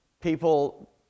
People